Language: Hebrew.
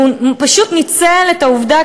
הוא פשוט ניצל את העובדה,